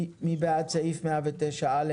מי בעד סעיף 109(א)?